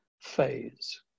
phase